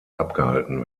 abgehalten